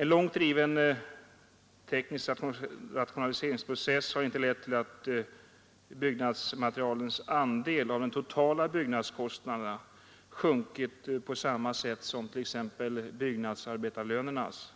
En långt driven teknisk rationaliseringsprocess har inte lett till att byggnadsmaterialens andel av de totala byggnadskostnaderna sjunkit på samma sätt som t.ex. byggnadsarbetarlönernas.